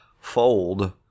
fold